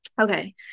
Okay